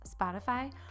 Spotify